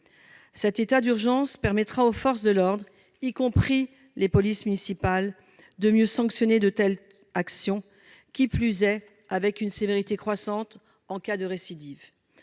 Cet état d'urgence permettra aux forces de l'ordre, y compris les polices municipales, de mieux sanctionner de telles actions, qui plus est, avec une sévérité accrue en cas de récidive.